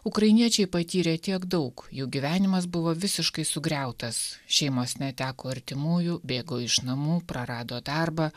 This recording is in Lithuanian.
ukrainiečiai patyrė tiek daug jų gyvenimas buvo visiškai sugriautas šeimos neteko artimųjų bėgo iš namų prarado darbą